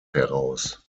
heraus